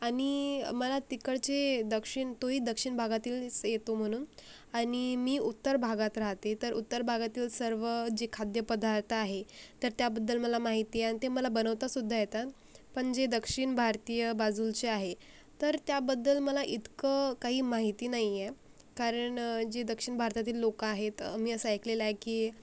आणि मला तिकडचे दक्षिण तो ही दक्षिण भागातच येतो म्हणून आणि मी उत्तर भागात राहते तर उत्तर भागातील सर्व जे खाद्यपदार्थ आहे तर त्याबद्दल मला माहिती आहे आणि ते मला बनवतासुद्धा येतात पण जे दक्षिण भारतीय बाजूचे आहे तर त्याबद्दल मला इतकं काही माहिती नाही आहे कारण जे दक्षिण भारतातील लोक आहेत मी असं ऐकलेलं आहे की